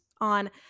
on